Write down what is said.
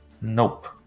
Nope